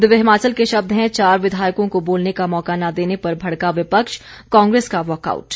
दिव्य हिमाचल के शब्द हैं चार विधायकों को बोलने का मौका न देने पर भड़का विपक्ष कांग्रेस का वाकआउट